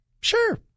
Sure